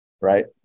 right